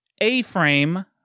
A-Frame